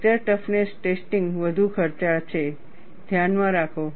fracture toughness testing વધુ ખર્ચાળ છે ધ્યાનમાં રાખો